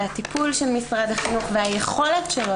והטיפול של משרד החינוך והיכולת שלו